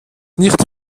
nichts